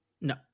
No